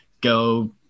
go